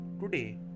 Today